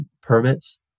permits